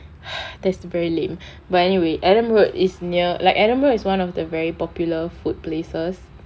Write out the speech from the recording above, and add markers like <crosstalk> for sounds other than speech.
<breath> that's very lame but anyway adam road is near like adam road is one of the very popular food places